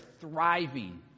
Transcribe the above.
thriving